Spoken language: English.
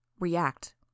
react